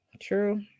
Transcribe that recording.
True